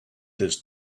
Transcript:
this